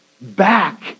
back